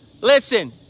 Listen